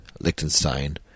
Liechtenstein